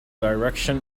direction